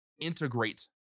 integrate